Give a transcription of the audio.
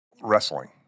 wrestling